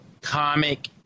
comic